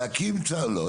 לא,